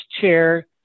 chair